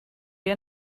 wir